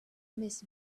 miss